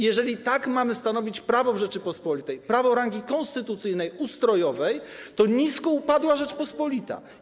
Jeżeli tak mamy stanowić prawo w Rzeczypospolitej, prawo rangi konstytucyjnej, ustrojowej, to nisko upadła Rzeczpospolita.